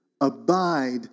Abide